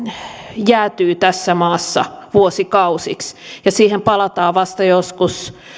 jäätyy tässä maassa vuosikausiksi ja siihen palataan vasta joskus